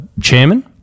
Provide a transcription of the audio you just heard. chairman